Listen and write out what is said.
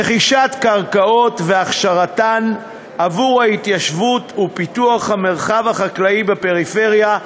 לרכישת קרקעות ולהכשרתן עבור ההתיישבות ולפיתוח המרחב החקלאי בפריפריה,